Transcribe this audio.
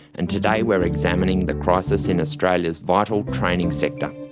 and today we're examining the crisis in australia's vital training sector.